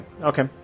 okay